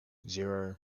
zero